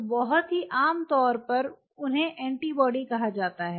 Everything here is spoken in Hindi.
तो बहुत ही आम तौर पर उन्हें एंटीबॉडी कहा जाता है